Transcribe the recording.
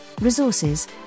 resources